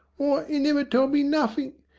e never told me nothink.